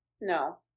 No